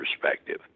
perspective